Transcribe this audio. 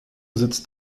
sitzt